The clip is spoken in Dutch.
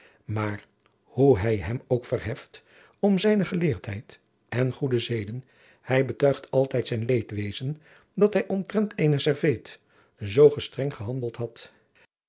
maar hoe hij hem ook verheft om zijne geleerdheid en goede zeden hij betuigt altijd zijn leedwezen dat hij omtrent eenen serveet zoo gestreng gehandeld had